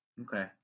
Okay